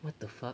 what the fuck